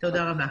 תודה רבה.